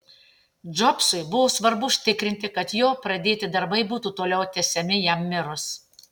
džobsui buvo svarbu užtikrinti kad jo pradėti darbai būtų toliau tęsiami jam mirus